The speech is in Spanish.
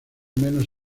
menos